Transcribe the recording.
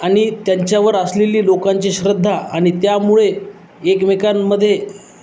आणि त्यांच्यावर असलेली लोकांची श्रद्धा आणि त्यामुळे एकमेकांमध्ये